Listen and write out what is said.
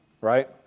right